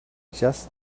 just